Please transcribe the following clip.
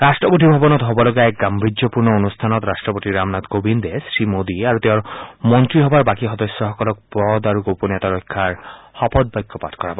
ৰট্টপতি ভৱনত হ'ব লগা এক গাম্ভীৰ্যপূৰ্ণ অনুষ্ঠানত ৰাট্টপতি ৰামনাথ কবিন্দে শ্ৰীমোদী আৰু তেওঁৰ মন্ত্ৰী পৰিষদৰ বাকী সদস্যসকলক পদ আৰু গোপনীয়তা ৰক্ষাৰ শপত বাক্য পাঠ কৰাব